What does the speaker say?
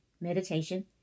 Meditation